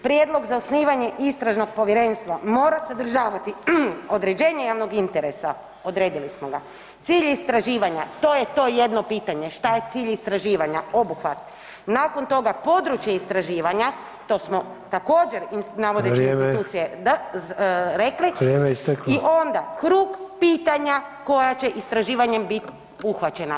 Prijedlog za osnivanje istražnog povjerenstva mora sadržavati određenje javnog interesa, odredili smo ga, cilj istraživanja to je to jedno pitanje šta je cilj istraživanja, obuhvat, nakon toga područje istraživanja to smo također navodeći institucije [[Upadica: Vrijeme.]] rekli i onda [[Upadica: Vrijeme isteklo.]] krug pitanja koje će istraživanjem biti obuhvaćena.